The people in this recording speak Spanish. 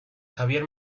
javier